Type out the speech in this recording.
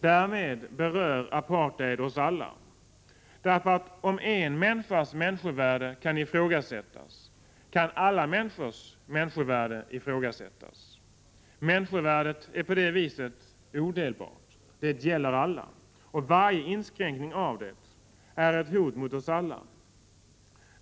Därmed berör apartheid oss alla: om en människas människovärde kan ifrågasättas, kan alla människors människovärde ifrågasättas. Människovärdet är på det viset odelbart. Det gäller alla. Varje inskränkning av människovärdet är ett hot mot oss alla.